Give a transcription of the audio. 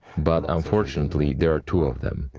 but, unfortunately, there are two of them.